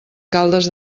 caldes